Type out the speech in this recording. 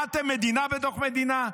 מה, אתם מדינה בתוך מדינה?